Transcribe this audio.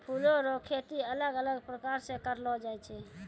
फूलो रो खेती अलग अलग प्रकार से करलो जाय छै